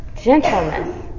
gentleness